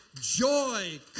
Joy